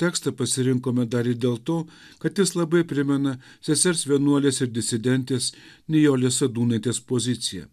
tekstą pasirinkome dar ir dėl to kad jis labai primena sesers vienuolės ir disidentės nijolės sadūnaitės poziciją